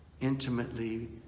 intimately